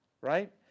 right